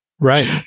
right